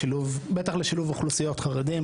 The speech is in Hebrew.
בטח לשילוב אוכלוסיות חרדים,